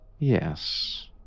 Yes